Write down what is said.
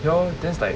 ya lor that's like